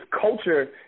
culture